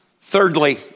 Thirdly